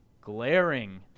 glaring